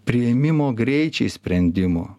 priėmimo greičiai sprendimų